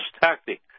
tactic